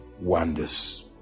wonders